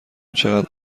چقدر